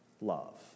love